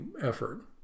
effort